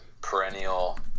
perennial